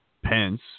Pence